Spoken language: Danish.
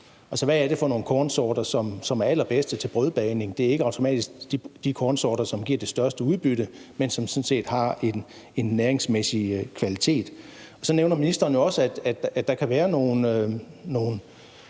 Hvad er det for nogle kornsorter, som er allerbedst til brødbagning? Det er ikke automatisk de kornsorter, som giver det største udbytte, men som sådan set har en næringsmæssig kvalitet. Så nævner ministeren jo også, at der kan være noget